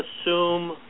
assume